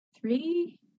three